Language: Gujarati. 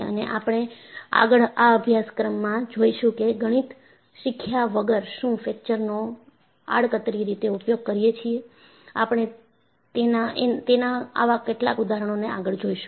અને આપણે આગળ આ અભ્યાસક્રમમાં જોઈશુ કે ગણિત શીખ્યા વગર શું ફ્રેક્ચર નો આડકતરી રીતે ઉપયોગ કરીએ છીએ આપણે તેના આવા કેટલાક ઉદાહરણો ને આગળ જોઈશું